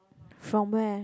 from where